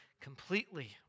completely